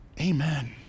amen